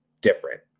different